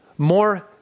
More